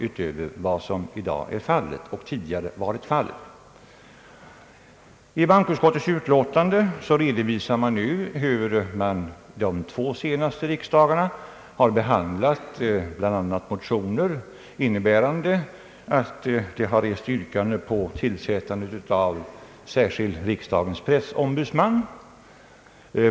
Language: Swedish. I sitt utlåtande redovisar bankoutskottet nu hur man under de två senaste riksdagarna har behandlat bl.a. motioner vari yrkats tillsättande av en särskild riksdagens pressombudsman.